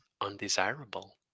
undesirable